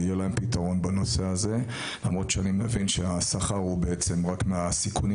אני מבין שהשכר הוא רק מהסיכונים